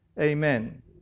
Amen